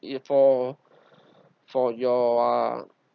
if for for your uh